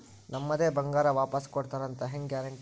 ನಮ್ಮದೇ ಬಂಗಾರ ವಾಪಸ್ ಕೊಡ್ತಾರಂತ ಹೆಂಗ್ ಗ್ಯಾರಂಟಿ?